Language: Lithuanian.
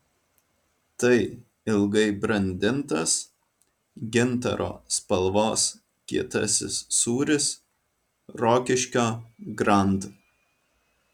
tai ilgai brandintas gintaro spalvos kietasis sūris rokiškio grand